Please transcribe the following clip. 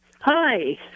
Hi